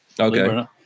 Okay